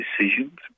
decisions